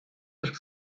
her